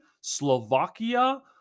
Slovakia